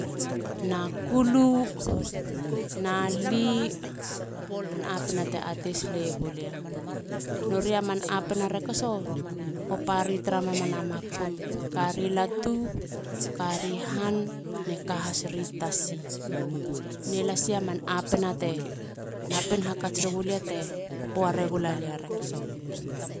Na kulu. na li. man apena te atesile yegu lia. nori aman apena rekaso. kopari tara mamana makum. kari han latu. kari han ne ka has ri tasi. ne lasia man apena te napin hakats regulia te puare gula lia rekaso.